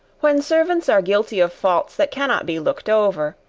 when servants are guilty of faults that cannot be looked over,